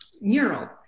mural